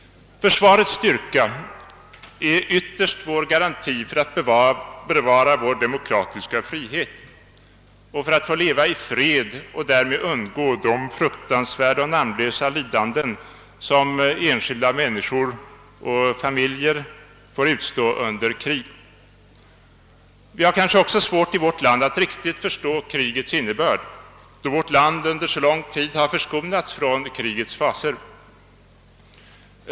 Försvarets styrka är ytterst vår garanti för att bevara vår demokratiska frihet och för att få leva i fred och därmed undgå de fruktansvärda och namnlösa lidanden som enskilda människor och familjer får utstå under krig. Vi har kanske också i vårt land svårt att riktigt förstå krigets innebörd, då vårt land under så lång tid förskonats från krigets fasor.